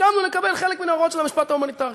הסכמנו לקבל חלק מההוראות של המשפט ההומניטרי.